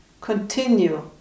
continue